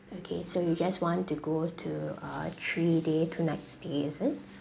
okay so you just want to go to uh three day two night stay is it